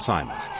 Simon